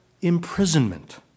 imprisonment